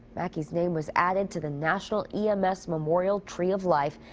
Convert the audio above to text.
mackey's name was added to the national e m s memorial tree of life.